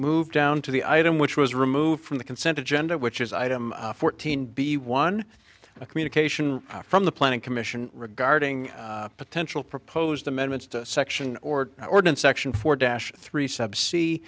moved down to the item which was removed from the consent agenda which is item fourteen b one communication from the planning commission regarding potential proposed amendments to section or ordinance section four dash three subse